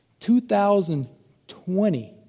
2020